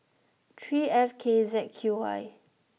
three F K Z Q Y